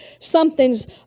Something's